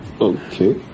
Okay